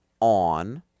on